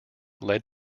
led